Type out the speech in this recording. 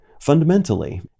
Fundamentally